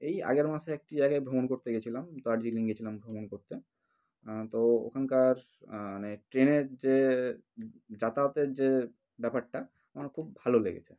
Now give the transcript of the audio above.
এই আগের মাসে একটি জায়গায় ভ্রমণ করতে গিয়েছিলাম দার্জিলিং গিয়েছিলাম ভ্রমণ করতে তো ওখানকার স মানে ট্রেনের যে যাতায়াতের যে ব্যাপারটা আমার খুব ভালো লেগেছে